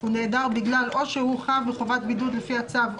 או בגלל שהוא חב בחובת בידוד לפי הצו,